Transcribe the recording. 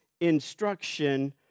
instruction